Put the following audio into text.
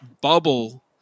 bubble